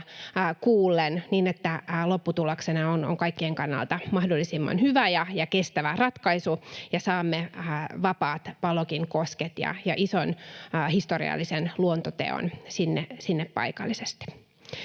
kuullen, niin että lopputuloksena on kaikkien kannalta mahdollisimman hyvä ja kestävä ratkaisu ja saamme vapaat Palokin kosket ja ison, historiallisen luontoteon sinne paikallisesti.